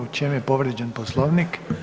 U čemu je povrijeđen Poslovnik?